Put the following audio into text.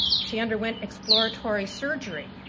she underwent exploratory surgery